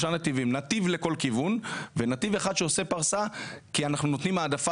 נתיב לכל כיוון ונתיב אחד שעושה פרסה כי אנחנו נותנים העדפה